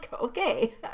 okay